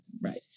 Right